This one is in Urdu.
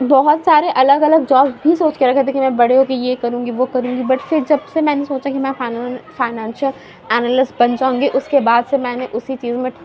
بہت سارے الگ الگ جابس بھی سوچ کر رکھتے تھے کہ میں بڑے ہوکر یہ کروں گی وہ کروں گی بٹ جب سے میں نے یہ سوچا کہ میں فائنینشیل انالسٹ بن جاؤں گی اُس کے بعد سے میں نے اُسی چیز میں